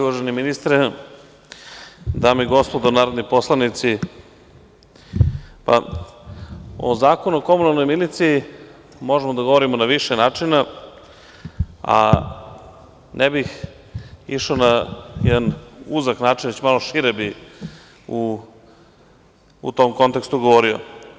Uvaženi ministre, dame i gospodo narodni poslanici, o Zakonu o komunalnoj miliciji možemo da govorimo na više načina, a ne bih išao na jedan uzak način, već malo šire bih u tom kontekstu govorio.